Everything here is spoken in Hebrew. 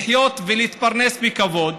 לחיות ולהתפרנס בכבוד,